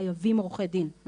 חייבים עורכי דין,